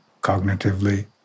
cognitively